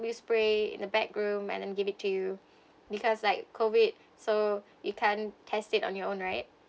few spray in the backroom and and give it to you because like COVID so you can't test it on your own right